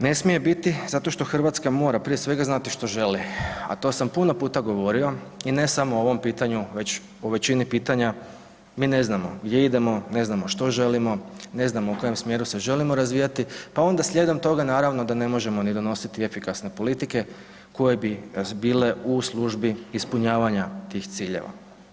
Ne smije biti zato što Hrvatska mora prije svega znati što želi, a to sam puno puta govorio i ne samo o ovom pitanju, već o većini pitanja, mi ne znamo gdje idemo, ne znamo što želimo, ne znamo u kojem smjeru se želimo razvijati pa onda slijedom toga naravno da ne možemo ni donositi efikasne politike koje bi nas bile u službi ispunjavanja tih ciljeva.